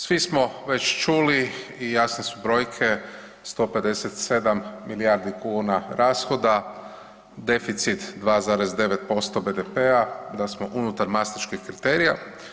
Svi smo već čuli i jasne su brojke 157 milijardi kuna rashoda, deficit 2,9% BDP-a da smo unutar Maastrichtških kriterija.